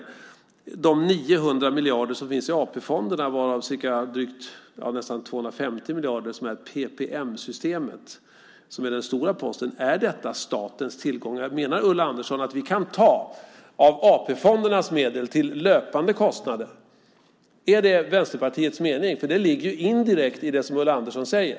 Är de 900 miljarder som finns i AP-fonderna, varav nästan 250 miljarder i det så kallade PPM-systemet, som är den stora posten, statens tillgångar? Menar Ulla Andersson att vi kan ta av AP-fondernas medel till löpande kostnader? Är det Vänsterpartiets mening? Det ligger indirekt i det som Ulla Andersson säger.